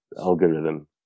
algorithm